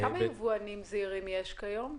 כמה יבואנים זעירים יש כיום?